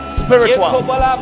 spiritual